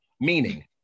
meaning